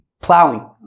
plowing